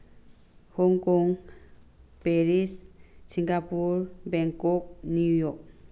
Hong Kong Paris Singapore Bangkok New York